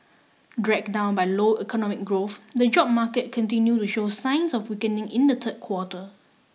dragged down by low economic growth the job market continued to show signs of weakening in the third quarter